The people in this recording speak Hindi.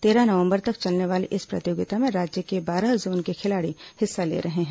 तेरह नवंबर तक चलने वाली इस प्रतियोगिता में राज्य के बारह जोन के खिलाड़ी हिस्सा ले रहे हैं